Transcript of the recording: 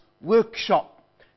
workshop